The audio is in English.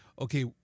okay